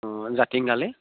অঁ জাতিংগালৈ